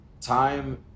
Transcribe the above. time